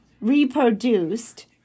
Reproduced